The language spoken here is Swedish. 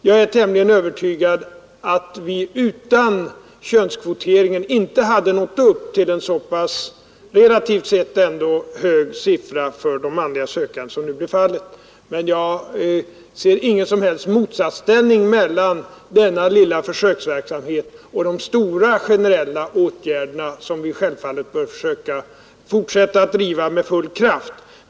Jag är tämligen övertygad om att vi utan könskvoteringen inte hade nått upp till en relativt sett så pass hög siffra för manliga sökande som nu blivit fallet. Men jag ser ingen som helst motsatsställning mellan denna lilla försöksverksamhet och de stora generella åtgärderna, som vi självfallet bör försöka fortsätta att driva med full kraft.